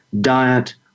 diet